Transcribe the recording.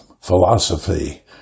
Philosophy